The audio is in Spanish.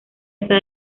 está